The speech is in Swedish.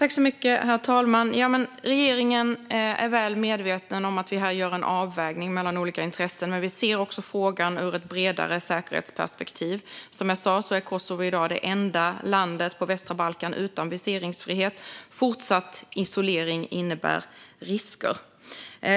Herr ålderspresident! Regeringen är väl medveten om att vi här gör en avvägning mellan olika intressen, men vi ser också frågan ur ett bredare säkerhetsperspektiv. Som jag sa är Kosovo i dag det enda landet på västra Balkan utan viseringsfrihet, och fortsatt isolering innebär risker.